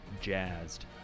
jazzed